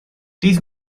dydd